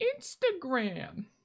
Instagram